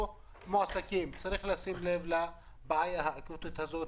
צריך לשים לב לבעיה האקוטית הזאת.